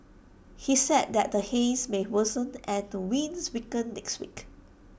he said that the haze may worsen and the winds weaken next week